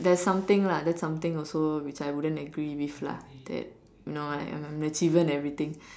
that's something lah that's something also which I wouldn't agree with lah you know that I'm an achiever and everything